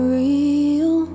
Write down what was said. real